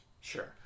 Sure